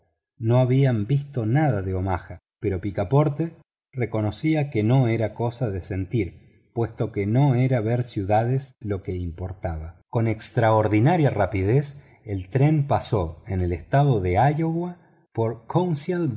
no habían visto nada de omaha pero picaporte reconocía que no era cosa de sentir puesto que no era ver ciudades lo que importaba con extraordinaria rapidez el tren pasó el estado de lowa por